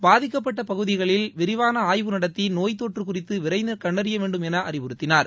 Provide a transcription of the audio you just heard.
பாதிக்கப்பட்ட பகுதியில் விரிவாள ஆய்வு நடத்தி நோய்த்தொற்று குறித்து விரைந்து கண்டறியவேண்டும் என அறிவுறுத்தினார்